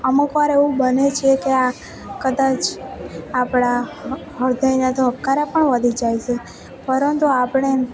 અમુક વાર એવું બને છેકે આ કદાચ આપણા હ્દયના ધબકારા પણ વધી જાય છે પરંતુ આપણે